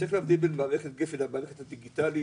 צריך להבדיל בין מערכת גפן למערכת הדיגיטלית